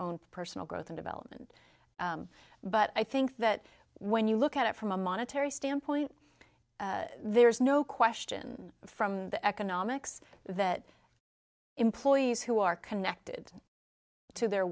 own personal growth and development but i think that when you look at it from a monetary standpoint there's no question from the economics that employees who are connected to their